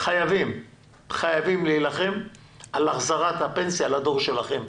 חייבים להילחם על החזרת הפנסיה לדור שלכם.